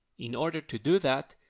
in order to do that,